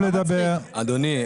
אדוני,